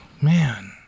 man